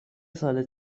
ساده